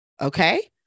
Okay